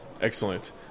Excellent